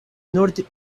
nord